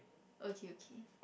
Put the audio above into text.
okay okay